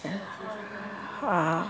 आ